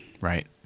Right